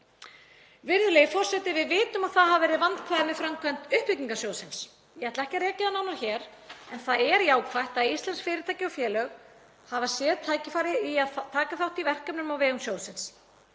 síður en svo. Við vitum að það hafa verið vandkvæði með framkvæmd uppbyggingarsjóðsins. Ég ætla ekki að rekja það nánar hér, en það er jákvætt að íslensk fyrirtæki og félög hafa séð tækifæri í að taka þátt í verkefnum á vegum sjóðsins.